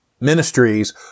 Ministries